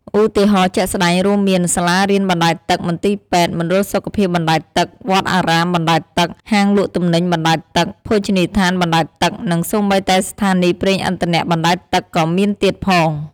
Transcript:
ឧទាហរណ៍ជាក់ស្ដែងរួមមាន សាលារៀនបណ្ដែតទឹក មន្ទីរពេទ្យ មណ្ឌលសុខភាពបណ្ដែតទឹក វត្តអារាមបណ្ដែតទឹក ហាងលក់ទំនិញបណ្ដែតទឹក ភោជនីយដ្ឋានបណ្ដែតទឹក និងសូម្បីតែស្ថានីយប្រេងឥន្ធនៈបណ្ដែតទឹកក៏មានទៀតផង។